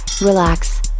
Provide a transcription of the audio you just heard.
relax